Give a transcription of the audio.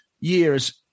years